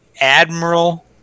Admiral